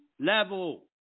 level